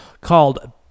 called